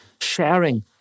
sharing